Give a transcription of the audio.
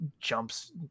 jumps